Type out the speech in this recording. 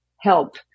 help